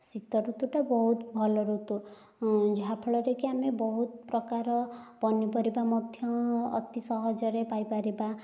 ଶୀତ ଋତୁଟା ବହୁତ ଭଲ ଋତୁ ଯାହା ଫଳରେ କି ଆମେ ବହୁତ ପ୍ରକାର ପନିପରିବା ମଧ୍ୟ ଅତି ସହଜରେ ପାଇପାରିବା